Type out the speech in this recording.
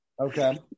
Okay